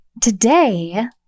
Today